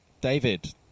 David